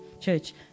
church